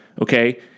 Okay